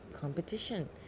competition